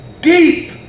deep